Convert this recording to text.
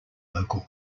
local